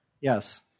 Yes